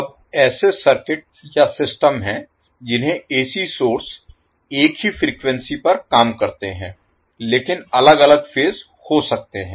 अब ऐसे सर्किट या सिस्टम हैं जिनमें एसी सोर्स एक ही फ्रीक्वेंसी पर काम करते हैं लेकिन अलग अलग फेज हो सकते हैं